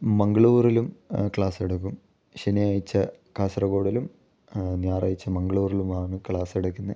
മങ്ക്ളൂരിലും class എടുക്കും ശനിയാഴ്ച കാസർഗോഡിലും ഞായറാഴ്ച മങ്ക്ളൂരിലുമാണ് ക്ലാസ് എടുക്കുന്നത്